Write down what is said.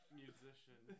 musician